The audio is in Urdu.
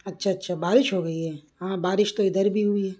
اچھا اچھا بارش ہو گئی ہے ہاں بارش تو ادھر بھی ہوئی ہے